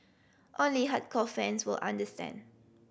only hardcore fans will understand